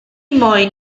moyn